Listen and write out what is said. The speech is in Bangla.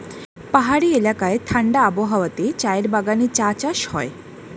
পাহাড়ি এলাকায় ঠাণ্ডা আবহাওয়াতে চায়ের বাগানে চা চাষ হয়